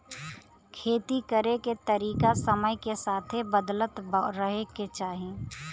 खेती करे के तरीका समय के साथे बदलत रहे के चाही